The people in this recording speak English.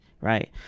right